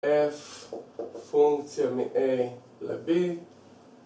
f פונקציה מ-a ל-b